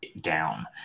down